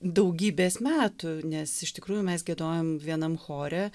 daugybės metų nes iš tikrųjų mes giedojom vienam chore